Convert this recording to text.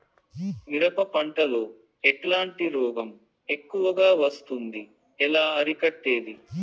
మిరప పంట లో ఎట్లాంటి రోగం ఎక్కువగా వస్తుంది? ఎలా అరికట్టేది?